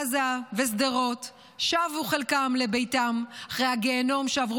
עזה ושדרות שבו חלקם לביתם אחרי הגיהינום שעברו